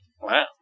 Wow